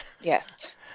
Yes